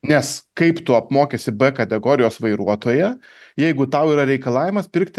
nes kaip tu apmokysi b kategorijos vairuotoją jeigu tau yra reikalavimas pirkti